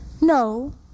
No